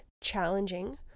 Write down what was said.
challenging